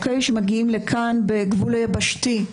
שמגיעים לכאן לגבול היבשתי,